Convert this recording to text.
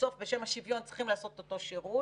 בסוף בשם השוויון צריכים לעשות אותו שירות?